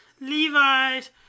Levi's